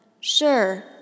Sure